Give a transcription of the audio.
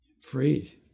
Free